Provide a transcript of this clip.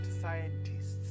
scientists